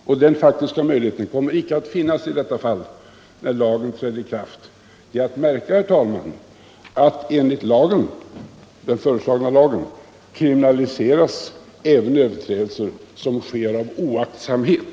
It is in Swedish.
Men den faktiska möjligheten kommer icke att finnas i detta fall när lagen träder i kraft! Det är att märka, herr talman, att enligt den föreslagna lagen kriminaliseras även överträdelser som sker av oaktsamhet!